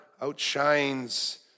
outshines